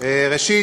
לשכר המינימום),